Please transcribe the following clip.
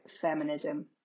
feminism